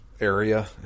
area